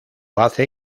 hace